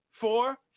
four